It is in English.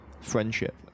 friendship